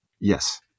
Yes